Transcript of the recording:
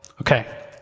okay